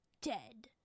dead